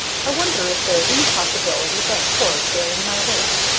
i wonder if there is any possibility of that cord bearing my weight.